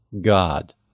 God